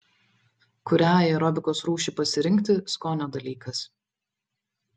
kurią aerobikos rūšį pasirinkti skonio dalykas